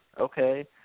okay